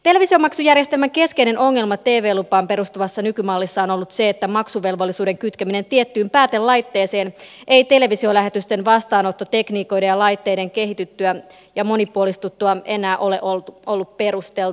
televisiomaksujärjestelmän keskeinen ongelma tv lupaan perustuvassa nykymallissa on ollut se että maksuvelvollisuuden kytkeminen tiettyyn päätelaitteeseen ei televisiolähetysten vastaanottotekniikoiden ja laitteiden kehityttyä ja monipuolistuttua enää ole ollut perusteltua